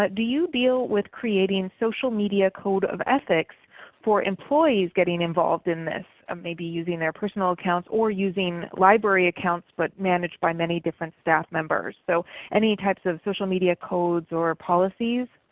but do you deal with creating social media code of ethics for employees getting involved in this, may be using their personal account or using library accounts but managed by many different staff members? so any types of social media codes or policies?